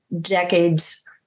decades